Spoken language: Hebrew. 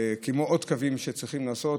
כמו עוד קווים שצריכים לעשות,